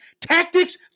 tactics